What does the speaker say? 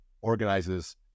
organizes